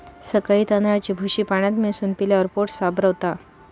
सकाळी तांदळाची भूसी पाण्यात मिसळून पिल्यावर पोट साफ रवता